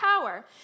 power